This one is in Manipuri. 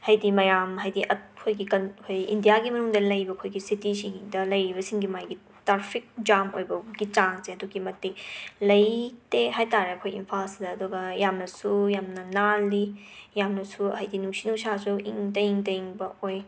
ꯍꯥꯏꯗꯤ ꯃꯌꯥꯝ ꯍꯥꯏꯗꯤ ꯑꯠꯈꯣꯏꯒꯤ ꯀꯟꯈꯣꯏ ꯏꯟꯗꯤꯌꯥꯒꯤ ꯃꯅꯨꯡꯗ ꯂꯩꯕ ꯑꯩꯈꯣꯏꯒꯤ ꯁꯤꯇꯤꯁꯤꯡꯗ ꯂꯩꯔꯤꯕꯁꯤꯡꯒꯤ ꯃꯥꯏꯒꯤ ꯇꯥꯔꯐꯤꯛ ꯖꯥꯝ ꯑꯣꯏꯕꯒꯤ ꯆꯥꯡꯁꯦ ꯑꯗꯨꯛꯀꯤ ꯃꯇꯤꯛ ꯂꯩꯇꯦ ꯍꯥꯏ ꯇꯥꯔꯦ ꯑꯩꯈꯣꯏ ꯏꯝꯐꯥꯜꯁꯤꯗ ꯑꯗꯨꯒ ꯌꯥꯝꯅꯁꯨ ꯌꯥꯝꯅ ꯅꯥꯜꯂꯤ ꯌꯥꯝꯅꯁꯨ ꯍꯥꯏꯗꯤ ꯅꯨꯡꯁꯤꯠ ꯅꯨꯡꯁꯥꯁꯨ ꯏꯪ ꯇꯏꯪ ꯇꯏꯪꯕ ꯑꯣꯏ